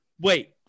wait